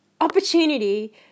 opportunity